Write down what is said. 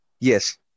Yes